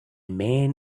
man